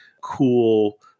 cool